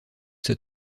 ça